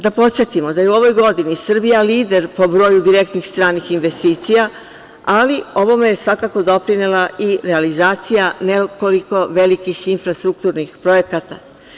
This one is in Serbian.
Da podsetimo da je u ovoj godini Srbija lider po broju direktnih stranih investicija, ali ovome je svakako doprinela i realizacija velikih infrastrukturnih projekata.